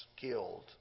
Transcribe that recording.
killed